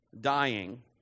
dying